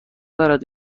دارد